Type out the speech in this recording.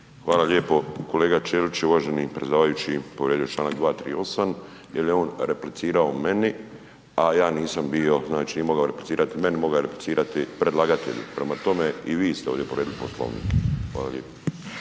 Hvala lijepo. Kolega Čelić, uvaženi predsjedavajući, je povrijedio članak 238., jer je on replicirao meni, a ja nisam bio, znači .../Govornik se ne razumije./... replicirati meni, moga' je replicirati predlagatelju, prema tome i vi ste ovdje povrijedili Poslovnik. Hvala lijepo.